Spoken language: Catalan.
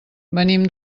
venim